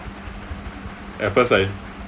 at first I